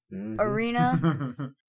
Arena